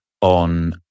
on